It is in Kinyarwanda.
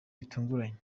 bitunguranye